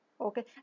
okay